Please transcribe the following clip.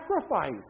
sacrifice